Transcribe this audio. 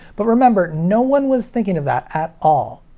but remember, no one was thinking of that at all.